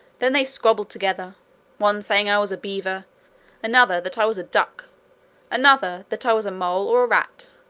then they squabbled together one saying i was a beaver another that i was a duck another, that i was a mole, or a rat.